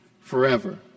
forever